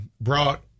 brought